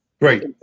right